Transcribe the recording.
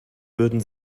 würden